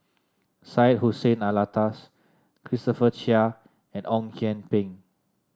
Syed Hussein Alatas Christopher Chia and Ong Kian Peng